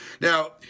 Now